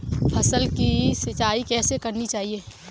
फसल की सिंचाई कैसे करनी चाहिए?